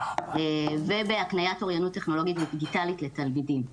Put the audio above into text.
ובהקניית אוריינות טכנולוגית ודיגיטלית לתלמידים.